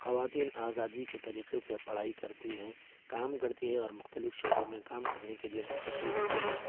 خواتین آزادی کے طریقے سے پڑھائی کرتی ہیں کام کرتی ہے اور مختلف شعبوں میں کام کرنے کے لیے منتقل ہوتی ہیں